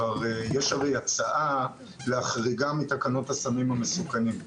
יש הצעה להחריגה מתקנות הסמים המסוכנים,